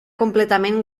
completament